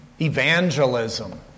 evangelism